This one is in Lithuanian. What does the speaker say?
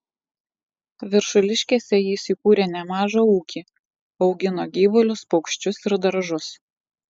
viršuliškėse jis įkūrė nemažą ūkį augino gyvulius paukščius ir daržus